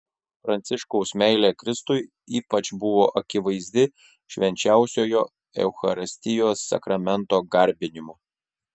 pranciškaus meilė kristui ypač buvo akivaizdi švenčiausiojo eucharistijos sakramento garbinimu